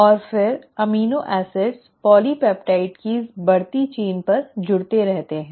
और फिर amino acid polypeptide की इस बढ़ती श्रृंखला पर जुड़ते रहते हैं